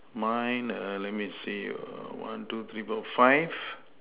mine err let me see err one two three four five